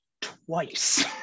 twice